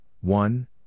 one